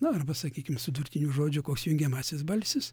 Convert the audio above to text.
na arba sakykim sudurtinių žodžių jungiamasis balsis